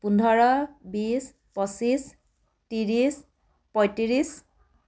পোন্ধৰ বিছ পঁচিছ ত্ৰিছ পঁয়ত্ৰিছ